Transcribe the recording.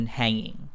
hanging